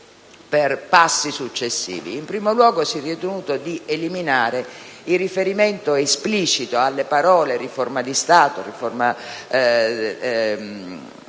per passi successivi. In primo luogo, si è ritenuto di eliminare il riferimento esplicito alle parole «forma di Stato», «forma